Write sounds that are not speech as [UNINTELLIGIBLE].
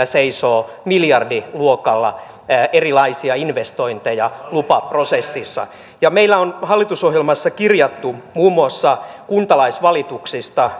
[UNINTELLIGIBLE] seisoo miljardiluokalla erilaisia investointeja lupaprosessissa meillä on hallitusohjelmassa kirjattu muun muassa kuntalaisvalituksista [UNINTELLIGIBLE]